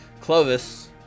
clovis